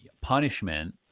punishment